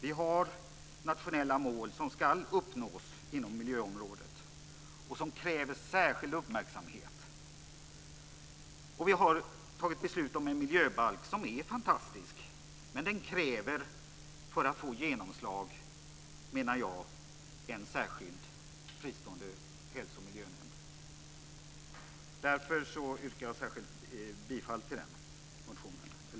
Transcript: Vi har nationella mål som ska uppnås inom miljöområdet och som kräver särskild uppmärksamhet, och vi har fattat beslut om en miljöbalk som är fantastisk. Men för att den ska få genomslag krävs det en särskild fristående miljö och hälsoskyddsnämnd. Därför yrkar jag särskilt bifall till den reservationen.